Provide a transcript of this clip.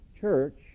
church